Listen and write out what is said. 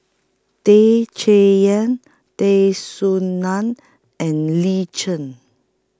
Tay Chay Yan Tay Soo NAN and Lin Chen